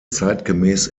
zeitgemäß